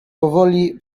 powoli